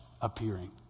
appearing